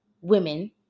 women